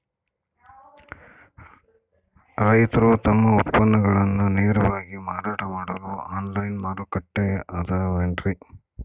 ರೈತರು ತಮ್ಮ ಉತ್ಪನ್ನಗಳನ್ನ ನೇರವಾಗಿ ಮಾರಾಟ ಮಾಡಲು ಆನ್ಲೈನ್ ಮಾರುಕಟ್ಟೆ ಅದವೇನ್ರಿ?